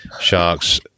sharks